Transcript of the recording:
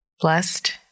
blessed